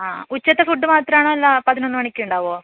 ആ ഉച്ചത്തെ ഫുഡ് മാത്രമാണോ അല്ല പതിനൊന്ന് മണിക്ക് ഉണ്ടാവുമോ